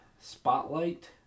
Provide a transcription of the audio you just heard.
Spotlight